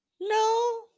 No